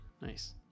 nice